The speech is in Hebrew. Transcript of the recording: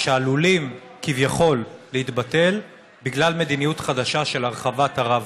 שעלולות כביכול להתבטל בגלל מדיניות חדשה של הרחבת הרב-קו.